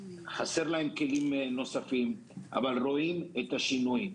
חסרים להם כלים נוספים אבל רואים את השינוי.